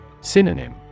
Synonym